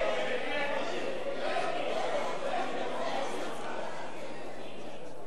הצעת סיעת קדימה להביע אי-אמון בממשלה